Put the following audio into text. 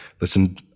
Listen